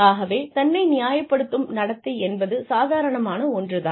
ஆகவே தன்னை நியாயப்படுத்தும் நடத்தை என்பது சாதாரணமான ஒன்றுதான்